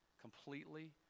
completely